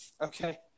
Okay